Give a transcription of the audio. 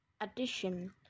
addition